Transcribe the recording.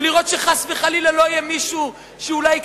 ולראות שחס וחלילה לא יהיה מישהו שאולי יביא